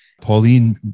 Pauline